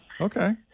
Okay